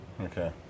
Okay